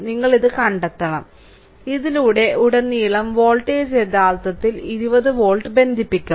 നിങ്ങൾ ഇത് കണ്ടെത്തണം ഇതിലൂടെ ഉടനീളം വോൾട്ടേജ് യഥാർത്ഥത്തിൽ 20 വോൾട്ട് ബന്ധിപ്പിക്കും